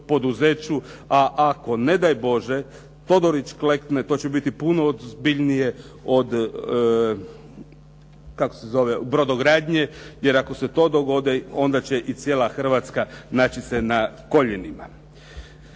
a ako ne daj bože Todorić klekne, to će biti puno ozbiljnije od brodogradnje, jer ako se to dogodi onda će i cijela Hrvatska naći se na koljenima.